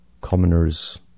Commoners